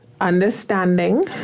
Understanding